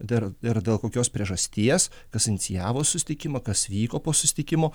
dar ir dėl kokios priežasties kas inicijavo susitikimą kas vyko po susitikimo